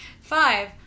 Five